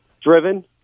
driven